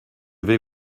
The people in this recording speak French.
vais